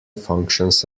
functions